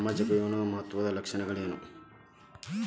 ಸಾಮಾಜಿಕ ಯೋಜನಾದ ಮಹತ್ವದ್ದ ಲಕ್ಷಣಗಳೇನು?